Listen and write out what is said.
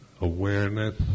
awareness